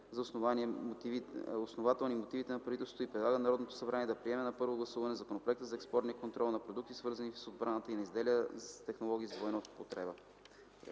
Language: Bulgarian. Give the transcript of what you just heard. за основателни мотивите на правителството и предлага на Народното събрание да приеме на първо гласуване Законопроекта за експортния контрол на продукти, свързани с отбраната, и на изделия и технологии с двойна употреба.”